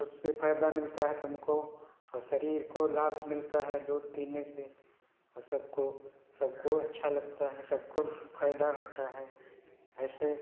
उससे फ़ायदा मिलता है तुमको और शरीर को लाभ मिलता है दूध पीने से वो सबको सबको अच्छा लगता है सबको फ़ायदा होता है ऐसे